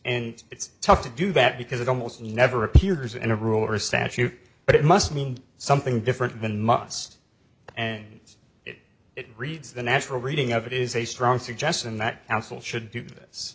and it's tough to do that because it almost never appears in a rule or statute but it must mean something different than must and if it reads the natural reading of it is a strong suggestion that counsel should do this